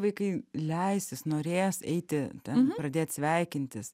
vaikai leisis norėjęs eiti ten pradėt sveikintis